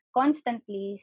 constantly